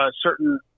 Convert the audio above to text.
certain